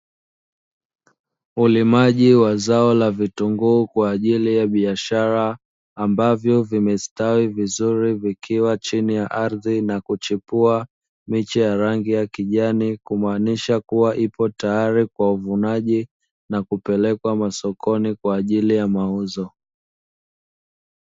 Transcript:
Ulimaji wa zao la vitunguu kwa ajili ya biashara ambavyo vimestawi vizuri vikiwa chini ya ardhi na kuchipua miche ya rangi ya kijani, kumaanisha kuwa ipo tayari kwa uvunaji na kupelekwa masokoni kwa ajili ya mauzo.